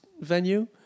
venue